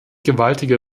gewaltiger